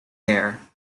there